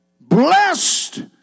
Blessed